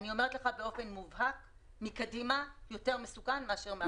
אני אומרת לך באופן מובהק שמקדימה יותר מסוכן מאשר מאחורה.